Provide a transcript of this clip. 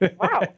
wow